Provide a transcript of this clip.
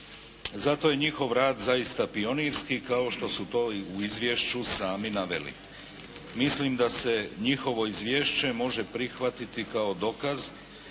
Zato je njihov rad zaista pionirski kao što su to u izvješću sami naveli. Mislim da se njihovo izvješće može prihvatiti kao dokaz